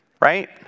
right